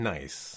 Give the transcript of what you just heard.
Nice